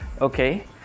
Okay